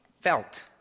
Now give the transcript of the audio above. felt